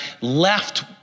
left